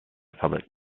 public